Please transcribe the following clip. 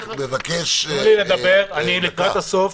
אני מבקש -- אני לקראת הסוף.